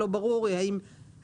לא ברורים הדינים,